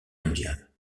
mondiale